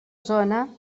zona